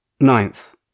Ninth